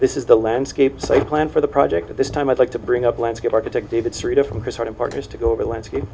this is the landscape so plan for the project at this time i'd like to bring up a landscape architect david three different sort of partners to go over the landscape